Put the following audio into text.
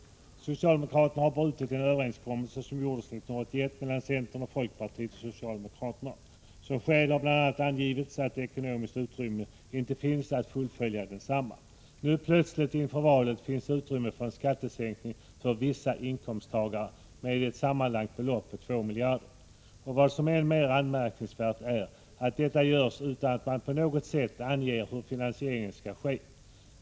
Socialdemokraterna har brutit den skatteöverenskommelse som träffades 1981 mellan centern, folkpartiet och socialdemokraterna. Som skäl har bl.a. angivits att ekonomiskt utrymme att fullfölja densamma inte finns. Nu plötsligt inför valet finns utrymme för skattesänkning för vissa inkomsttagare, med ett sammanlagt belopp på 2 miljarder. Och vad som är än mer anmärkningsvärt är att detta görs utan att man på något sätt anger hur finansieringen skall ske.